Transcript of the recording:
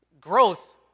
growth